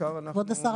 כבוד השר,